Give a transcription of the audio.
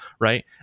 right